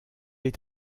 est